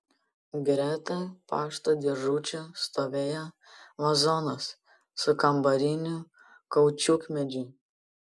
greta pašto dėžučių stovėjo vazonas su kambariniu kaučiukmedžiu